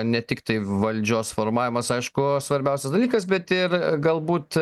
ne tiktai valdžios formavimas aišku svarbiausias dalykas bet ir galbūt